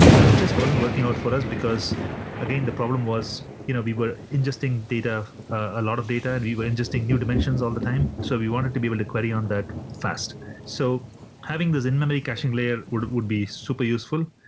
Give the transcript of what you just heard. that just wasn't working out for us, because again, the problem was you know we were ingesting data a lot of data and we were ingesting new dimensions all the time, so we wanted to be able to query on that fast so having this in-memory caching layer would be super useful.